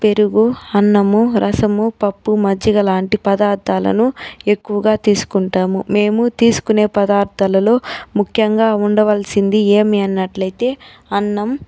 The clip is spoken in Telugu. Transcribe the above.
పెరుగు అన్నము రసము పప్పు మజ్జిగ లాంటి పదార్థాలను ఎక్కువగా తీసుకుంటాము మేము తీసుకునే పదార్థాలలో ముఖ్యంగా ఉండవలసింది ఏమి అన్నట్లయితే అన్నం